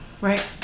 right